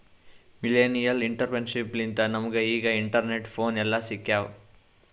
millennial entrepreneurship ಲಿಂತೆ ನಮುಗ ಈಗ ಇಂಟರ್ನೆಟ್, ಫೋನ್ ಎಲ್ಲಾ ಸಿಕ್ಯಾವ್